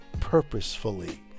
purposefully